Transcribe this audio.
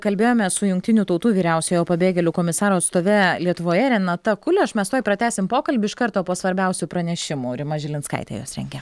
kalbėjomės su jungtinių tautų vyriausiojo pabėgėlių komisaro atstove lietuvoje renata kuleš mes tuoj pratęsim pokalbį iš karto po svarbiausių pranešimų rima žilinskaitė juos rengia